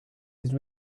his